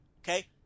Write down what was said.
Okay